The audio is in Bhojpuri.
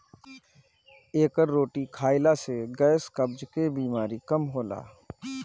एकर रोटी खाईला से गैस, कब्ज के बेमारी कम होला